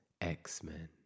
x-men